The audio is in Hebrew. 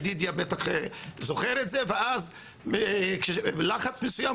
ידידיה בטח זוכר את זה ואז לחץ מסוים,